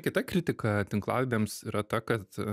kita kritika tinklalaidėms yra ta kad